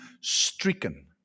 stricken